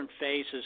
phases